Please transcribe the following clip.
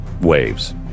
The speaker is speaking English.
waves